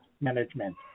management